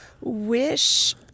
wish